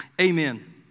amen